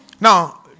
Now